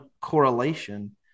correlation